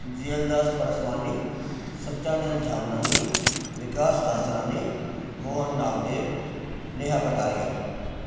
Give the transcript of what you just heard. Jialdas Parsvani Sachanand Jamnani Vikas Asrani Mohan Nagdev Neha Kataria